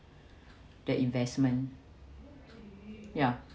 the investment ya